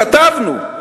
כתבנו.